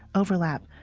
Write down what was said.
overlap,